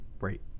Right